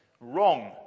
wrong